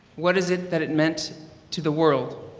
what is it that it meant to the world?